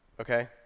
okay